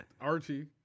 Archie